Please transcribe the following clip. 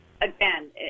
again